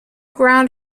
ground